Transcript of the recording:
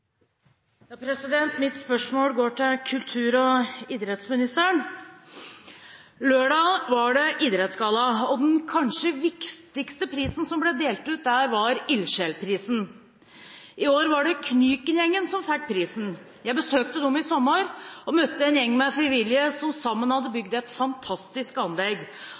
Mitt spørsmål går til kultur- og idrettsministeren. Lørdag var det idrettsgalla. Den kanskje viktigste prisen som ble delt ut der, var ildsjelprisen. I år var det Knyken-gjengen som fikk prisen. Jeg besøkte dem i sommer og møtte en gjeng med frivillige som sammen hadde bygd et fantastisk anlegg,